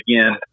again